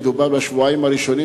אם מדובר בשבועיים הראשונים,